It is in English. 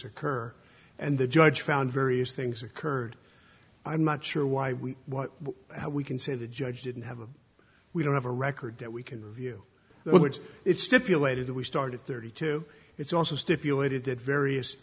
occurring and the judge found various things occurred i'm not sure why we how we can say the judge didn't have a we don't have a record that we can review which it's stipulated that we started thirty two it's also stipulated that various